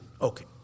okay